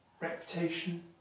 reputation